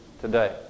today